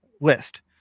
list